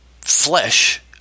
flesh